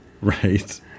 Right